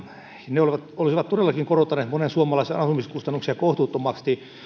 ne olisivat todellakin korottaneet monen suomalaisen asumiskustannuksia kohtuuttomasti